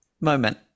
moment